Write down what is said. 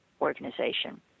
organization